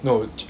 no